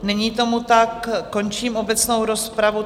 Není tomu tak, končím obecnou rozpravu.